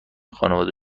خانواده